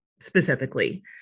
specifically